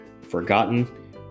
forgotten